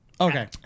Okay